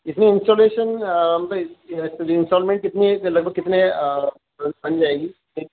اس میں انسٹالیشن مطلب انسٹالمینٹ کتنی ہے لگ بھگ کتنے بن جائے گی